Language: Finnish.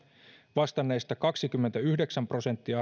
vastanneista kaksikymmentäyhdeksän prosenttia